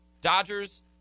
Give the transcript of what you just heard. Dodgers